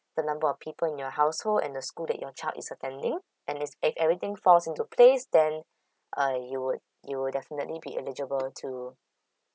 the number of people in your household and the school that your child is attending and it's if everything falls into place then uh you would you would definitely be eligible to